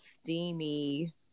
steamy